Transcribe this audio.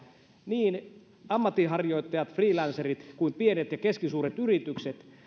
niin ammatinharjoittajat freelancerit kuin pienet ja keskisuuret yritykset